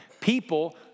People